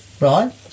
Right